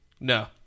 No